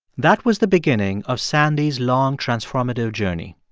that was the beginning of sandy's long, transformative journey.